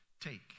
take